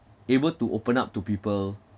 able to open up to people